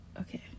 Okay